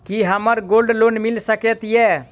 की हमरा gold loan मिल सकैत ये?